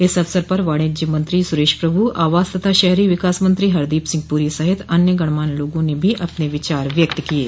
इस अवसर पर वाणिज्य मंत्री सुरेश प्रभु आवास तथा शहरी विकास मंत्री हरदीप सिंह पुरी सहित अन्य गणमान्य लोगों ने भी अपने विचार व्यक्त किये